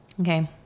Okay